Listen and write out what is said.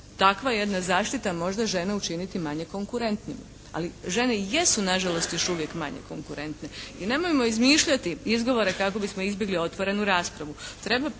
takva jedna zaštita možda žene učiniti manje konkurentnima ali žene jesu nažalost još uvijek manje konkurentne i nemojmo izmišljati izgovore kako bismo izbjegli otvorenu raspravu.